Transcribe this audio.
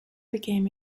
became